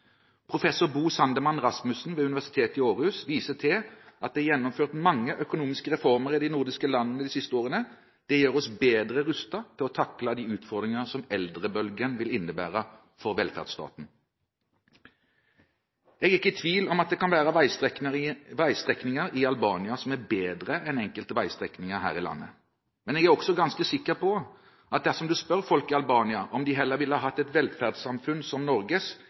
Professor Bo Sandemann Rasmussen ved Aarhus Universitet viser til at det er gjennomført mange økonomiske reformer i de nordiske landene de siste årene. Det gjør oss bedre rustet til å takle de utfordringer som eldrebølgen vil innebære for velferdsstaten. Jeg er ikke i tvil om at det kan være veistrekninger i Albania som er bedre enn enkelte veistrekninger her i landet. Men jeg er også ganske sikker på at dersom man spør folk i Albania om de heller ville hatt et velferdssamfunn som